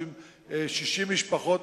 הוא עם 60 משפחות,